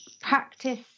practice